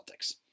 Celtics